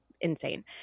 insane